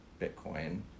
Bitcoin